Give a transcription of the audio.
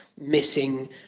missing